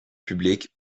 public